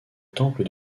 temple